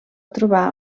trobar